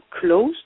closed